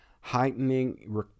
heightening